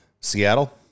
Seattle